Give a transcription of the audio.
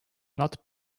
not